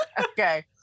Okay